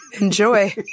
Enjoy